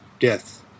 Death